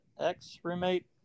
Ex-roommate